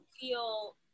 feel